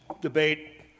debate